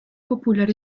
popular